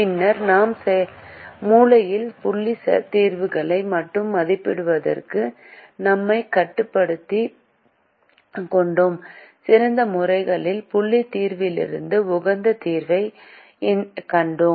பின்னர் நாம் மூலையில் புள்ளி தீர்வுகளை மட்டுமே மதிப்பிடுவதற்கு நம்மை கட்டுப்படுத்திக் கொண்டோம் சிறந்த மூலையில் புள்ளி தீர்விலிருந்து உகந்த தீர்வைக் கண்டோம்